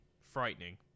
frightening